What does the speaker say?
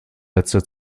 letzter